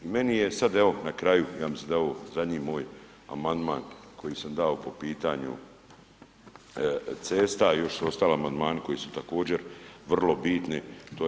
I meni je sad evo, na kraju ja mislim da je ovo zadnji moj amandman koji sam dao po pitanju cesta, još su ostali amandmani koji su također, vrlo bitni, to je